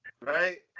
right